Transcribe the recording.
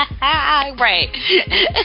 right